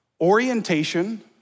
Orientation